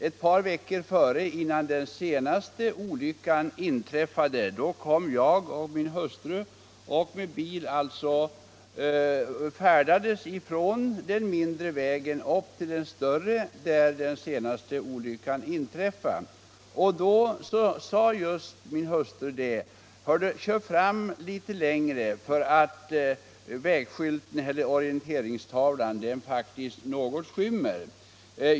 Ett par veckor innan den senaste olyckan inträffade färdades jag och min hustru med bil från den mindre vägen upp på den större, där den nämnda olyckan inträffade och då sade min hustru: Kör fram litet längre för orienteringstavlan skymmer faktiskt sikten!